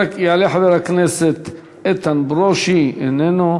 יעלה חבר הכנסת איתן ברושי, איננו.